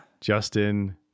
Justin